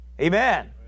amen